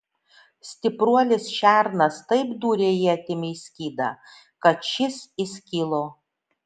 stipruolis šernas taip dūrė ietimi į skydą kad šis įskilo